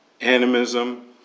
animism